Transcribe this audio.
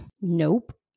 nope